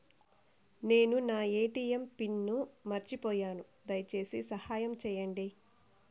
నేను నా ATM pin మర్చిపోయాను, దయచేసి సహాయం చేయండి